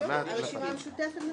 מהרשימה המשותפת נתחיל?